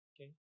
Okay